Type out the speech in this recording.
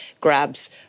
grabs